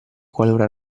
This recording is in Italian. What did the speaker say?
qualora